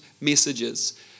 messages